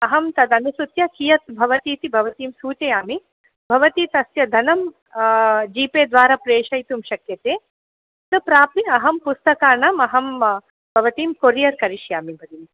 अहं तद् अनुसृत्य कियद् भवतीति भवतीं सूचयामि भवती तस्य धनं जीपे द्वारा प्रेषयितुं शक्यते तद् प्राप्य अहं पुस्तकानाम् अहं भवतीं कोरियर् करिष्यामि भगिनि